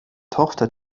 tochter